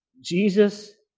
Jesus